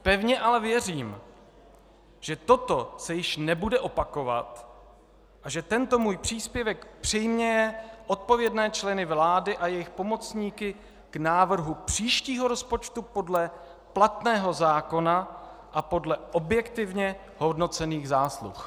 Pevně ale věřím, že toto se již nebude opakovat a že tento můj příspěvek přiměje odpovědné členy vlády a jejich pomocníky k návrhu příštího rozpočtu podle platného zákona a podle objektivně hodnocených zásluh.